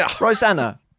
Rosanna